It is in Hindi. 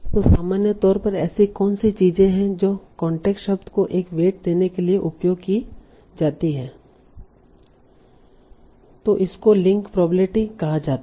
तो सामान्य तौर पर ऐसी कौन सी चीजें हैं जो कांटेक्स्ट शब्द को एक वेट देने के लिए उपयोग की जाती हैं तों इसको लिंक प्रोबेबिलिटी कहा जाता है